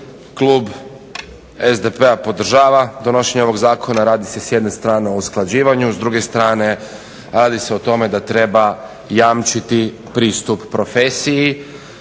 Klub SDP-a podržava donošenje ovog zakona. Radi se s jedne strane o usklađivanju, s druge strane radi se o tome da treba jamčiti pristup profesiji